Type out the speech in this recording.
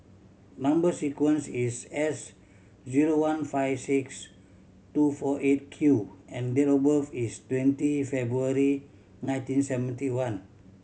number sequence is S zero one five six two four Eight Q and date of birth is twenty February nineteen seventy one